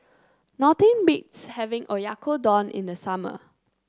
nothing beats having Oyakodon in the summer